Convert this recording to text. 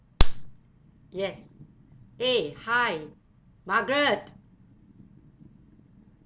yes eh hi margaret